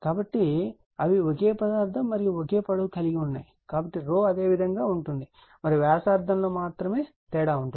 కాబట్టి అవి ఒకే పదార్థం మరియు ఒకే పొడవు కలిగి ఉంటాయి కాబట్టి అదే విధంగా ఉంటుంది మరియు వ్యాసార్థం లో మాత్రమే తేడా ఉంటుంది